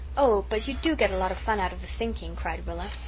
oh, but you do get a lot of fun out of the thinking, cried rilla.